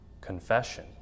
confession